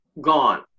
gone